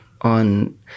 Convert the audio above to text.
on